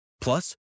Plus